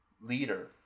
leader